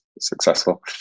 successful